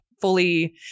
fully